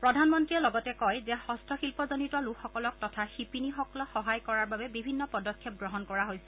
প্ৰধানমন্ত্ৰীয়ে লগতে কয় যে হস্তশিল্পজনিত লোকসকলক তথা শিপিনীসকলক সহায় কৰাৰ বাবে বিভিন্ন পদক্ষেপ গ্ৰহণ কৰা হৈছে